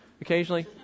occasionally